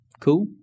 Cool